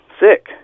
sick